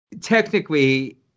technically